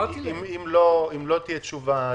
אם לא תהיה תשובה,